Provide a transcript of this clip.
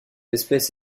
espèce